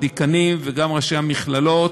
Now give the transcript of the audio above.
הדיקנים וגם ראשי המכללות,